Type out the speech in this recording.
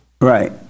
right